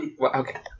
Okay